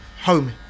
home